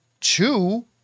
two